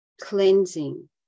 cleansing